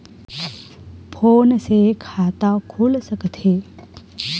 Phone से खाता खुल सकथे?